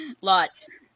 Lots